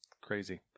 Crazy